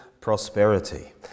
prosperity